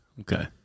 okay